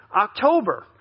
October